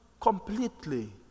completely